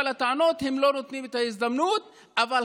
הם לא נותנים הזדמנות להגיב על הטענות,